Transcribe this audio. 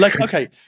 okay